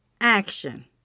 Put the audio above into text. action